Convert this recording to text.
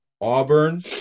Auburn